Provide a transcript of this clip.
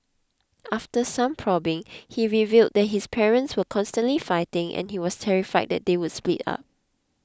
after some probing he revealed that his parents were constantly fighting and he was terrified that they would split up